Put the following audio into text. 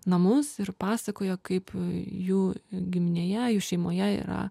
namus ir pasakojo kaip jų giminėje jų šeimoje yra